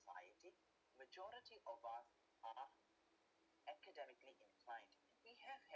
society majority of us are academically in science we have had